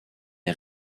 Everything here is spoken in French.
est